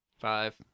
Five